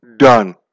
Done